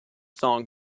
song